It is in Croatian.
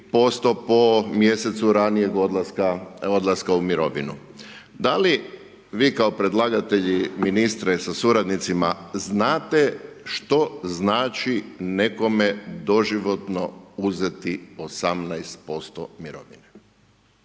po mjesecu ranijeg odlaska u mirovinu. Da li vi kao predlagatelji ministre sa suradnicima znate što znači nekome doživotno uzeti 18% mirovine?